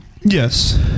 Yes